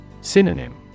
Synonym